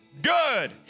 Good